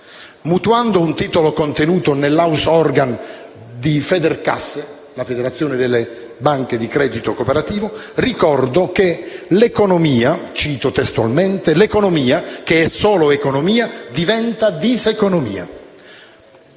Mutuando un titolo contenuto nell'*house organ* di Federcasse, la Federazione delle banche di credito cooperativo, ricordo che «l'economia che è solo economia diventa diseconomia».